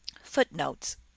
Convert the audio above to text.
Footnotes